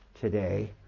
today